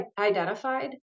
identified